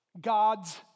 God's